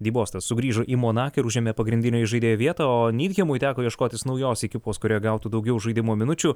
dy bostas sugrįžo į monaką ir užėmė pagrindinio įžaidėjo vietą o nydhemui teko ieškotis naujos ekipos kurioje gautų daugiau žaidimo minučių